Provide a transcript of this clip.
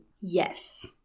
Yes